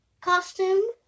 costume